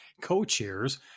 co-chairs